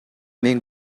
мен